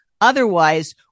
Otherwise